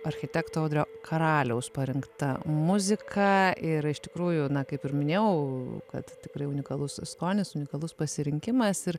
architekto audrio karaliaus parinkta muzika ir iš tikrųjų na kaip ir minėjau kad tikrai unikalus skonis unikalus pasirinkimas ir